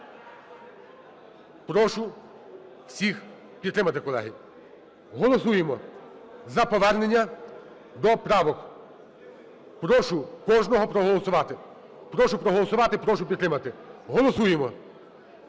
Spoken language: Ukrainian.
прошу всіх підтримати, колеги. Голосуємо за повернення до правок. Прошу кожного проголосувати. Прошу проголосувати, прошу підтримати. Голосуємо!